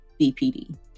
BPD